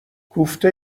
کوفته